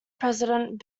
president